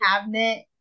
cabinet